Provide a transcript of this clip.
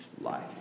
life